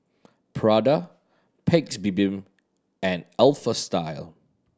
Prada Paik's Bibim and Alpha Style